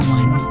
one